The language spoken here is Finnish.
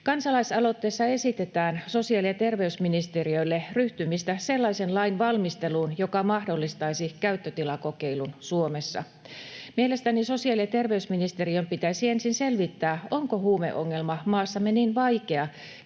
Kansalaisaloitteessa esitetään sosiaali- ja terveysministeriölle ryhtymistä sellaisen lain valmisteluun, joka mahdollistaisi käyttötilakokeilun Suomessa. Mielestäni sosiaali- ja terveysministeriön pitäisi ensin selvittää, onko huumeongelma maassamme niin vaikea